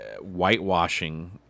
whitewashing